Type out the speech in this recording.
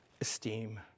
esteem